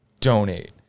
donate